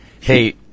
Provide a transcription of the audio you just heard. Hey